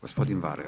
Gospodin Varga.